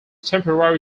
temporary